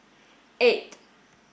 eight